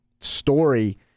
story